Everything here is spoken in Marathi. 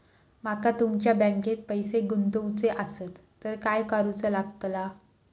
माका तुमच्या बँकेत पैसे गुंतवूचे आसत तर काय कारुचा लगतला?